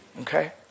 okay